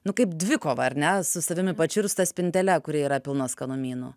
nu kaip dvikova ar ne su savimi pačiu ir su ta spintele kuri yra pilna skanumynų